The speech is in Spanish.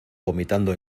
vomitando